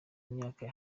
myaka